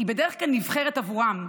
היא בדרך כלל נבחרת עבורם.